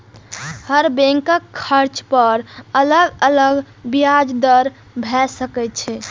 हर बैंकक कर्ज पर अलग अलग ब्याज दर भए सकै छै